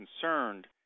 concerned